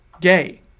Gay